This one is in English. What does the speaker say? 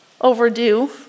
overdue